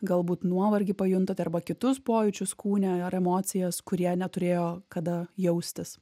galbūt nuovargį pajuntat arba kitus pojūčius kūne ar emocijas kurie neturėjo kada jaustis